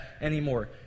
anymore